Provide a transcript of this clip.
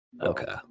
Okay